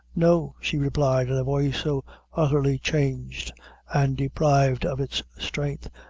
no, she replied, in a voice so utterly changed and deprived of its strength,